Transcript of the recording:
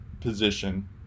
position